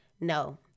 No